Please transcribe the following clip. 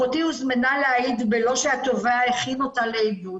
אחותי הוזמנה להעיד בלא שהתובע הכין אותה לעדות.